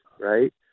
right